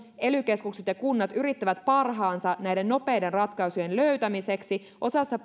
ely keskukset ja kunnat yrittävät parhaansa näiden nopeiden ratkaisujen löytämiseksi osassa